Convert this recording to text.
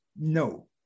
No